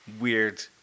weird